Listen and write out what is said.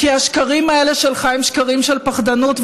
כי השקרים האלה שלך הם שקרים של פחדנות,